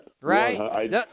Right